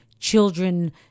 children